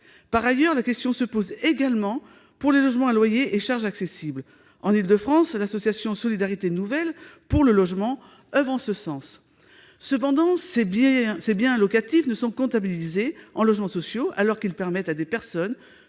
Par ailleurs, la question se pose également pour les logements à loyers et charges accessibles. En Île-de-France, l'association Solidarités nouvelles pour le logement oeuvre en ce sens. Cependant, ces biens locatifs ne sont pas comptabilisés en logements sociaux, alors qu'ils permettent à des personnes